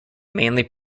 mainly